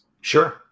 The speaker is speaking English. Sure